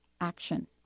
action